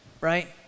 Right